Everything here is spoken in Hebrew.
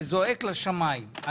זה זועק לשמיים.